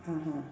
(uh huh)